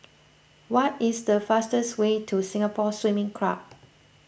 what is the fastest way to Singapore Swimming Club